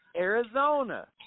Arizona